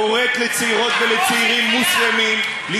קוראת לצעירות ולצעירים מוסלמים, תחמושת חיה.